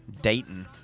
Dayton